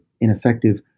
ineffective